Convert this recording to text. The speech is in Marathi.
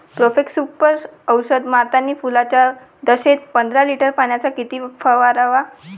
प्रोफेक्ससुपर औषध मारतानी फुलाच्या दशेत पंदरा लिटर पाण्यात किती फवाराव?